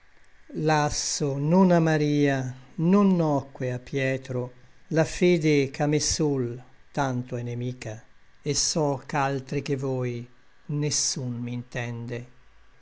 lasso non a maria non nocque a pietro la fede ch'a me sol tanto è nemica et so ch'altri che voi nessun m'intende